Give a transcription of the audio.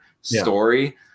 story